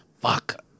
Fuck